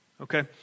okay